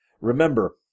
Remember